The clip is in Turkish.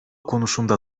konusunda